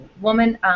woman